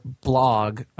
blog